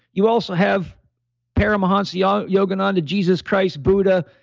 you also have paramhansa yeah ah yogananda, jesus christ, buddha